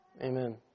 Amen